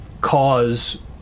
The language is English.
cause